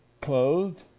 clothed